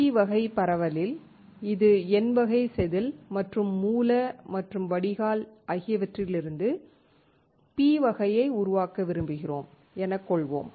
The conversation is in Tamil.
NP வகை பரவலில் இது N வகை செதில் மற்றும் மூல மற்றும் வடிகால் ஆகியவற்றிற்கு P வகையை உருவாக்க விரும்புகிறோம் எனக் கொள்வோம்